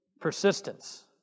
Persistence